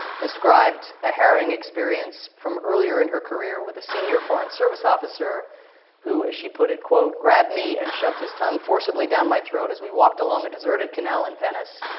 described a harrowing experience from earlier in her career with a senior foreign service officer who, as she put it, quote, grabbed me and shoved his tongue forcibly down my throat as we walked along a deserted canal in venice,